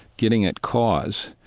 getting at cause,